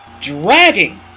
dragging